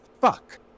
fuck